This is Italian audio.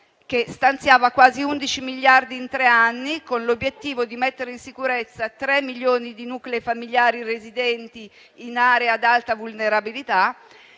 che stanziava quasi 11 miliardi in tre anni con l'obiettivo di mettere in sicurezza 3 milioni di nuclei familiari residenti in aree ad alta vulnerabilità,